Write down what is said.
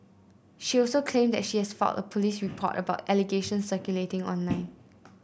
she also claimed that she has filed a police report about the allegations circulating online